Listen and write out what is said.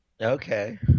Okay